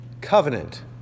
covenant